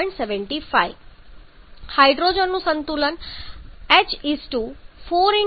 75 હાઇડ્રોજનનું સંતુલન H 4 × 0